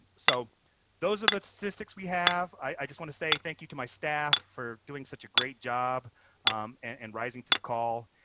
so those are the statistics we have. i just want to say thank you to my staff for doing such a great job and rising to the call.